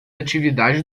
atividade